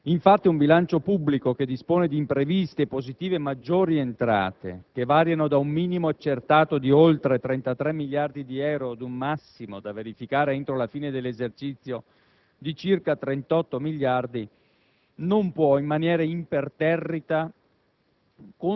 Infatti, un bilancio pubblico che dispone di impreviste e positive maggiori entrate che variano da un minimo accertato di oltre 33 miliardi di euro ad un massimo, da verificare entro la fine dell'esercizio, di circa 38 miliardi, non può in maniera imperterrita